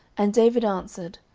and david answered,